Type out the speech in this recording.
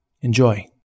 Enjoy